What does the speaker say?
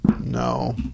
No